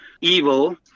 evil